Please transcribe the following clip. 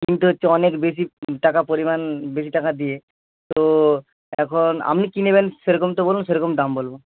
কিনতে হচ্ছে অনেক বেশি টাকা পরিমাণ বেশি টাকা দিয়ে তো এখন আপনি কি নেবেন সেরকম তো বলুন সেরকম দাম বলবো